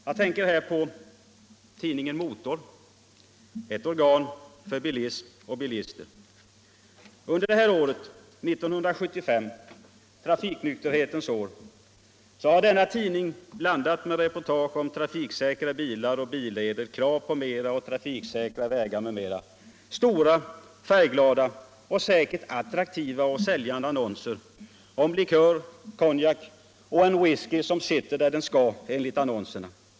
Jag tänker här på tidningen Motor, ett organ för bilism och bilister. Under 1975 — trafiknykterhetens år har denna tidning, blandat med reportage om trafiksäkra bilar och billeder, krav på mera och trafiksäkra vägar m.m. stora färgglada och säkert attraktiva och säljande annonser om likör, konjak och en whisky som ”sitter där den ska” enligt annonserna.